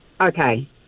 Okay